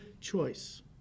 choice